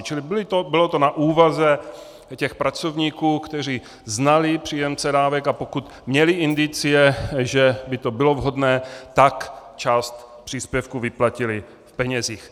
Čili bylo to na úvaze těch pracovníků, kteří znali příjemce dávek, a pokud měli indicie, že by to bylo vhodné, tak část příspěvku vyplatili v penězích.